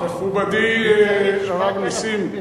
מכובדי, הרב נסים, 7,000 בשנה.